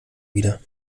wieder